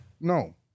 No